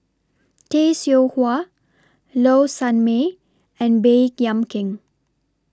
Tay Seow Huah Low Sanmay and Baey Yam Keng